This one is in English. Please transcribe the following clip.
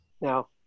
Now